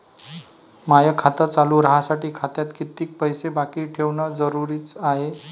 माय खातं चालू राहासाठी खात्यात कितीक पैसे बाकी ठेवणं जरुरीच हाय?